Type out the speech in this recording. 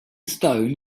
stone